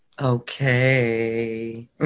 Okay